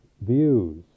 views